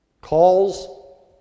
calls